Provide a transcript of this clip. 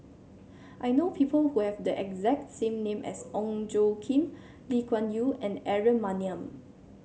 I know people who have the exact same name as Ong Tjoe Kim Lee Kuan Yew and Aaron Maniam